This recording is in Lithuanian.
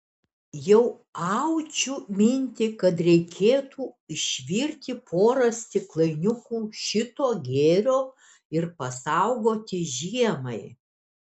jau audžiu mintį kad reikėtų išvirti porą stiklainiukų šito gėrio ir pasaugoti žiemai